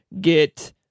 get